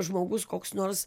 žmogus koks nors